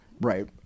right